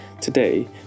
Today